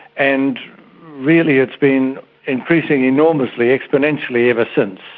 and really it's been increasing enormously exponentially ever since.